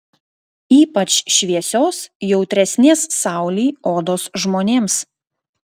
ypač šviesios jautresnės saulei odos žmonėms